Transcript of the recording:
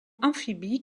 amphibie